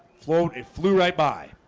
float it flew right by